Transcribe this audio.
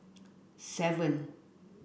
seven